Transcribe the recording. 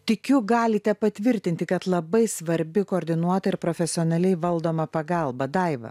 tikiu galite patvirtinti kad labai svarbi koordinuota ir profesionaliai valdoma pagalba daiva